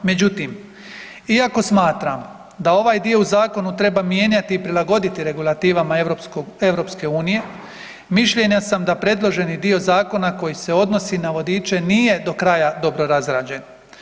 Međutim, iako smatram da ovaj dio u zakonu treba mijenjati i prilagoditi regulativama EU mišljenja sam da predloženi dio zakona koji se odnosi na vodiče nije dokraja dobro razrađen.